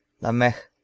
Lamech